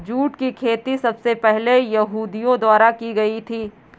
jute की खेती सबसे पहले यहूदियों द्वारा की गयी थी